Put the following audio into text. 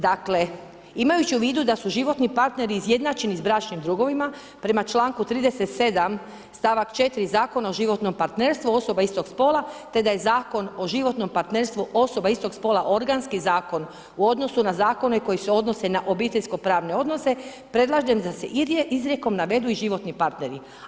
Dakle, imajući u vidu da su životni partneri izjednačeni sa bračnim drugovima prema članku 37. stavak 4. Zakona o životnom partnerstvu osoba istog spola, te da je Zakon o životnom partnerstvu osoba istog spola organski zakon u odnosu na zakone koji se odnose na obiteljsko-pravne odnose, predlažem da se izrijekom navedu i životni partneri.